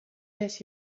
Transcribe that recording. guess